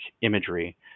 imagery